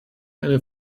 eine